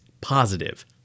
positive